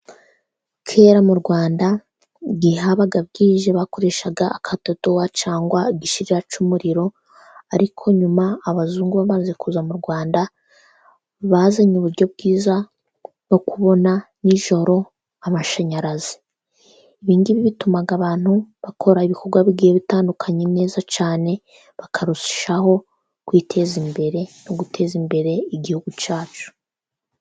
Kera mu rwanda igihe habaga bwije bakoreshaga agatodotowa cyangwa igishirira cy'umuriro, ariko nyuma abazungu bamaze kuza mu rwanda, bazanye uburyo bwiza bwo kubona n'ijoro amashanyarazi, ibingibi bituma abantu bakora ibikorwa bigiye bitandukanye neza cyane bakarushaho kwiteza imbere no guteza imbere igihugu cyacu.